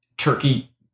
Turkey